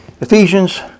Ephesians